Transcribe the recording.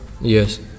Yes